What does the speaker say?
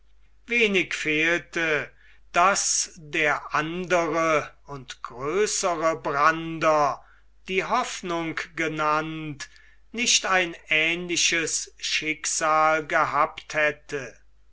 wenig fehlte daß der andere und größere brander die hoffnung genannt nicht ein ähnliches schicksal gehabt hätte